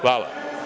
Hvala.